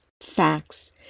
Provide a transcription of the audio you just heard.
facts